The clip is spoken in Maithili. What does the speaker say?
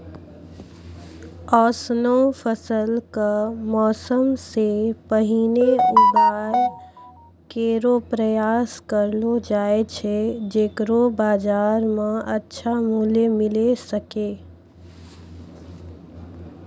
ऑसनो फसल क मौसम सें पहिने उगाय केरो प्रयास करलो जाय छै जेकरो बाजार म अच्छा मूल्य मिले सके